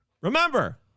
remember